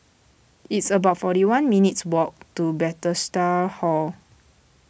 it's about forty one minutes' walk to Bethesda Hall